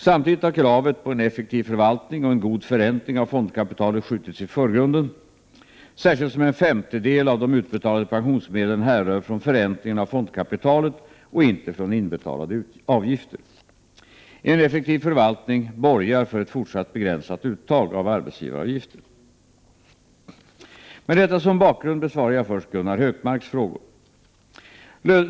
Samtidigt har kravet på en effektiv förvaltning och en god förräntning av fondkapitalet'skjutits i förgrunden; särskilt som en femtedel av de utbetalade pensionsmedlen härrör från förräntningen av fondkapitalet och inte från inbetalade avgifter. En effektiv förvaltning borgar för ett fortsatt begränsat uttag av arbetsgivaravgifter. Med detta som bakgrund besvarar jag först Gunnar Hökmarks frågor.